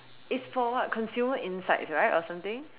it's for what consumer insights right or something